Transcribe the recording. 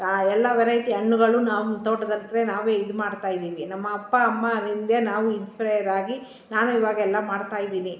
ಆ ಎಲ್ಲ ವೆರೈಟಿ ಹಣ್ಣುಗಳು ನಮ್ಮ ತೋಟದಲ್ಲಿರುತ್ವೆ ನಾವೇ ಇದ್ಮಾಡ್ತಾಯಿದೀವಿ ನಮ್ಮ ಅಪ್ಪ ಅಮ್ಮನಿಂದೇ ನಾವು ಇನ್ಸ್ಪ್ರಯರಾಗಿ ನಾನು ಇವಾಗ ಎಲ್ಲ ಮಾಡ್ತಾಯಿದೀನಿ